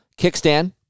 Kickstand